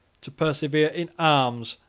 to persevere in arms,